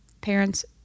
parents